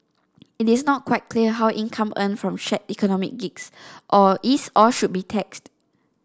it is not quite clear how income earned from shared economy gigs or is or should be taxed